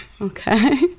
Okay